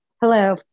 hello